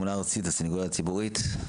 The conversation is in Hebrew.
ממונה ארצית בסנגוריה הציבורית.